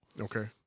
Okay